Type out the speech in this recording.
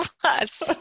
plus